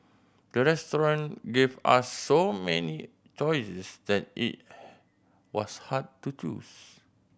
the restaurant gave us so many choices that it was hard to choose